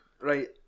right